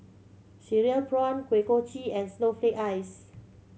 cereal prawn Kuih Kochi and snowflake ice